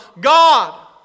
God